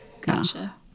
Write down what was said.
Gotcha